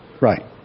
right